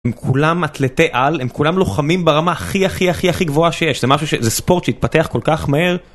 הם כולם אטלטי על הם כולם לוחמים ברמה הכי הכי הכי הכי גבוהה שיש זה משהו שזה ספורט שהתפתח כל כך מהר.